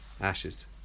Ashes